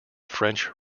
french